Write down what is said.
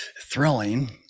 thrilling